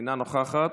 אינה נוכחת.